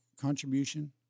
contribution